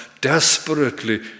desperately